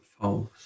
False